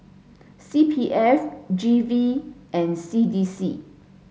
C P F G V and C D C